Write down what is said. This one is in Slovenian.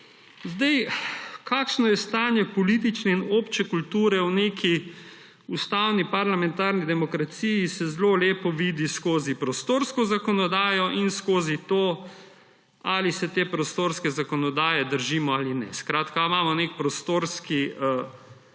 stanju. Kakšno je stanje politične in obče kulture v neki ustavni parlamentarni demokraciji, se zelo lepo vidi skozi prostorsko zakonodajo in skozi to, ali se te prostorske zakonodaje držimo ali ne. Skratka, ali imamo nek prostorski red